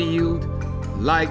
you like